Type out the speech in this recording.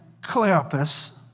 Cleopas